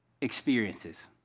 experiences